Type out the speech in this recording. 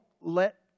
let